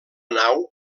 nau